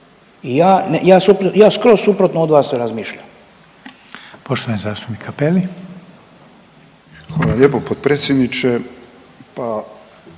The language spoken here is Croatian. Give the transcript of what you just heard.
ja skroz suprotno od vas razmišljam.